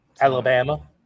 Alabama